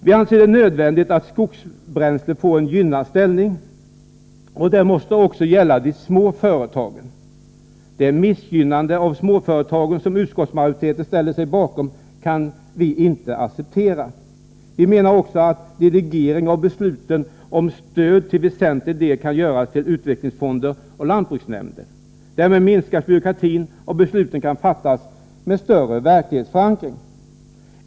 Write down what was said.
Vi anser det nödvändigt att skogsbränsle får en gynnad ställning och att det också måste gälla de små företagen. Det missgynnande av småföretagen som utskottsmajoriteten ställer sig bakom kan vi inte acceptera. Vi menar också att delegering av besluten om stöd till väsentlig del kan göras till utvecklingfonderna och lantbruksnämnderna. Därmed minskas byråkratin, och besluten kan fattas med större verklighetsförankring.